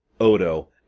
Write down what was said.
Odo